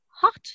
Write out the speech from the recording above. hot